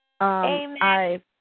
Amen